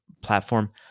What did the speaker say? platform